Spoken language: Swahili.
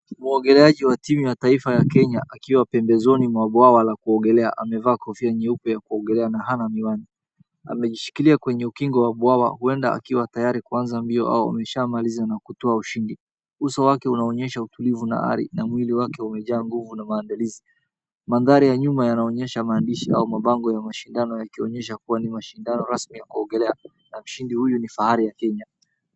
Mwogeleaji wa timu ya taifa ya Kenya akiwa pembezoni mwa bwawa la kuogelea amevaa kofia nyeupe ya kuogelea na hana miwani. Amejishikilia kwenye ukingo wa buawa huenda akiwa tayari kuanza mbioo au ameshaamaliza na kutoa ushindi. Uso wake unaonyesha utulivu na ari na mwili wake umejaa nguvu na maandalizi. Mandhari ya nyuma yanaonyesha maandishi au mabango ya mashindano yakionyesha kuwa ni mashindano rasmi ya kuogelea na mshindi huyu ni Fahari ya Kenya.